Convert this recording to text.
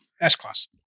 S-Class